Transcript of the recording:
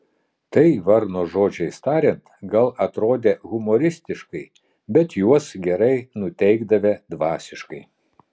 tai varno žodžiais tariant gal atrodę humoristiškai bet juos gerai nuteikdavę dvasiškai